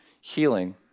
healing